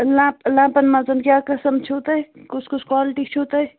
lamp لَٮ۪مپَن منٛز کیٛاہ قٕسٕم چھُو تۄہہِ کُس کُس کالٹی چھُو تۄہہِ